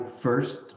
first